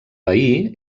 veí